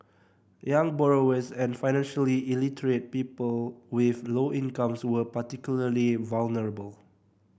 young borrowers and financially illiterate people with low incomes were particularly vulnerable